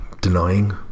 denying